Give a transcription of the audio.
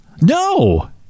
No